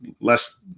less